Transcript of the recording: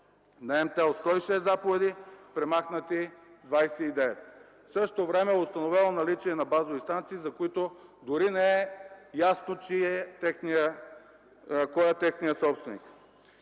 – 106 заповеди – премахнати 29. В същото време е установено наличие на базови станции, за които дори не е ясно кой е техният собственик.”